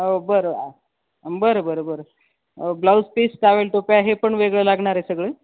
हो बरं बरं बरं बरं ब्लाऊज पीस टावेल टोप्या हे पण वेगळं लागणार आहे सगळे